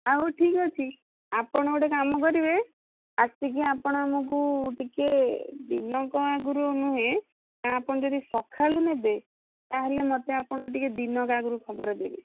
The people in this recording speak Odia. ହଉ ଠିକ୍ ଅଛି ଆପଣ ଗୋଟେ କାମ କରିବେ ଆସିକି ଆପଣ ଆମକୁ ଟିକିଏ ଦିନକ ଆଗରୁ ନୁହେଁ ଆପଣ ଯଦି ସକାଳୁ ନେବେ ତା'ହେଲେ ମୋତେ ଆପଣ ଟିକିଏ ଦିନକ ଆଗରୁ ଖବର ଦେବେ